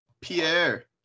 Pierre